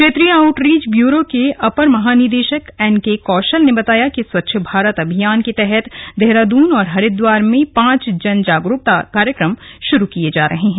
क्षेत्रीय outreach bureau के अपर महानिदेशक एनके कौशल ने बताया कि स्वच्छ भारत अभियान के तहत देहरादून और हरिद्वार में पांच जन जागरुकता कार्यक्रम शुरू किये जा रहे हैं